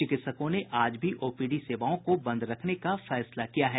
चिकित्सकों ने आज भी ओपीडी सेवाओं को बंद रखने का फैसला किया है